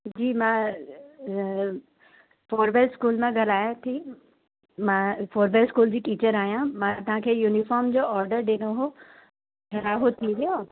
जी मां Froebel school मां ॻाल्हायां थी मां फ़ोरबेल स्कूल जी टीचर आहियां मां तव्हांखे यूनिफॉर्म जो ऑर्डर ॾिनो हो छा हो थी वियो